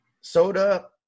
soda